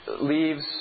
leaves